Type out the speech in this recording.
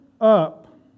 up